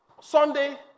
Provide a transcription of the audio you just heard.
Sunday